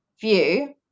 view